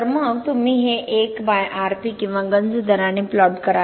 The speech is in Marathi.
तर मग तुम्ही हे 1 बाय Rp किंवा गंज दराने प्लॉट करा